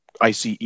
ICE